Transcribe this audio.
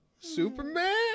Superman